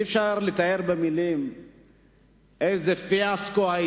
אי-אפשר לתאר במלים איזה פיאסקו היה